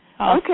Okay